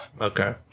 okay